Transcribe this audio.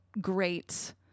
great